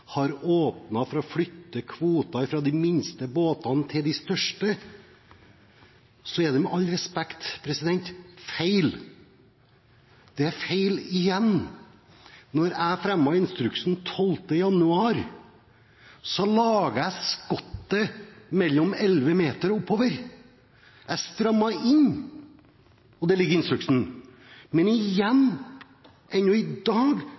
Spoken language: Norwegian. har åpnet for å flytte kvoter fra de minste båtene til de største, er det, med all respekt å melde, feil. Det er feil igjen. Da jeg fremmet instruksen 12. januar, laget jeg skottet mellom 11 meter og oppover. Jeg strammet inn og det ligger i instruksen. Men igjen – i dag